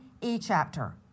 e-chapter